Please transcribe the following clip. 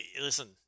listen